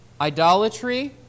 idolatry